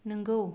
नोंगौ